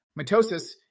Mitosis